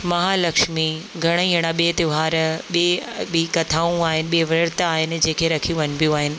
महालक्षमी घणेई अहिड़ा ॿे त्योहार ॿिया ॿी कथाऊं आहिनि ॿी वृत आहिनि जेके रखियूं वञिबियूं आहिनि